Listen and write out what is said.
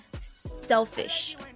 selfish